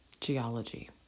geology